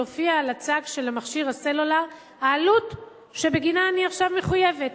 תופיע על הצג של מכשיר הסלולר העלות שבגינה אני עכשיו מחויבת.